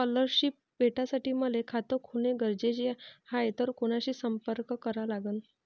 Scholarship भेटासाठी मले खात खोलने गरजेचे हाय तर कुणाशी संपर्क करा लागन?